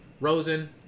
Rosen